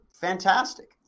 Fantastic